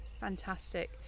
fantastic